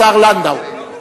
השר לנדאו,